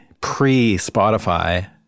pre-Spotify